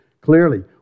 clearly